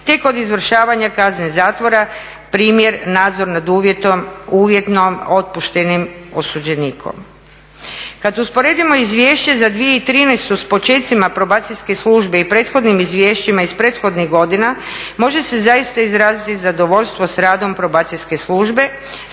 te kod izvršavanja kazne zatvora primjer nadzor nad uvjetno otpuštenim osuđenikom. Kad usporedimo Izvješće za 2013. s počecima Probacijske službe i prethodnim izvješćima iz prethodnih godina može se zaista izraziti zadovoljstvo s radom Probacijske službe